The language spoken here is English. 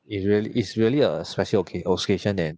is really is really a special occa~ occasion that